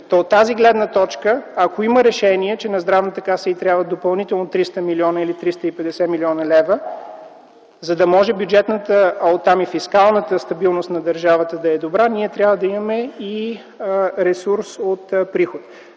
От тази гледна точка, ако има решение, че на Здравната каса й трябва допълнително 300 или 350 млн. лв., за да може бюджетната, а оттам и фискалната стабилност на държавата да е добра, ние трябва да имаме и ресурс от приход.